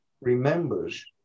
remembers